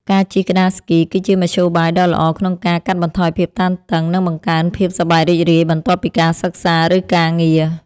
ការជិះក្ដារស្គី គឺជាមធ្យោបាយដ៏ល្អក្នុងការកាត់បន្ថយភាពតានតឹង និងបង្កើនភាពសប្បាយរីករាយបន្ទាប់ពីការសិក្សា ឬការងារ។